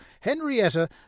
Henrietta